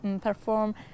perform